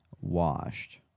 washed